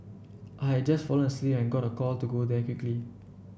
I had just fallen asleep and got a call to go there quickly